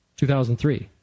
2003